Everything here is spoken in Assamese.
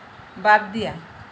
বাদ দিয়া